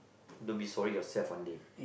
to be sorry yourself one day